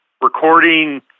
recording